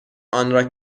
آنرا